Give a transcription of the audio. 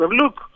look